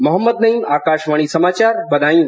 मोहम्मद नईम आकाशवाणी समाचार बदायूं